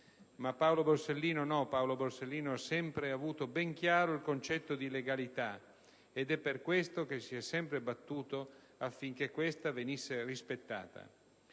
Ma Paolo Borsellino no, Paolo Borsellino ha sempre avuto ben chiaro il concetto di legalità, ed è per questo che si è sempre battuto affinché questa venisse rispettata.